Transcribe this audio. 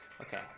okay